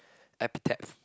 Appetez